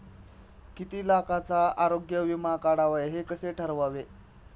किती लाखाचा आरोग्य विमा काढावा हे कसे ठरवावे?